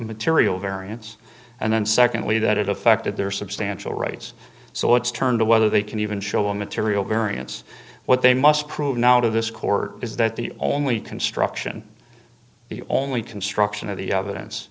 material variance and then secondly that it affected their substantial rights so let's turn to whether they can even show material variance what they must prove now out of this court is that the only construction the only construction of the